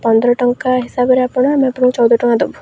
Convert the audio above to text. ପନ୍ଦର ଟଙ୍କା ହିସାବରେ ଆପଣ ଆମେ ଆପଣଙ୍କୁ ଚଉଦ ଟଙ୍କା ଦେବୁ